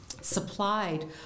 supplied